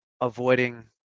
avoiding